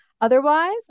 Otherwise